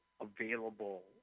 available